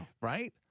Right